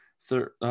third